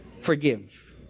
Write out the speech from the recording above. forgive